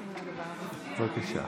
בבקשה.